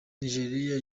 nigeria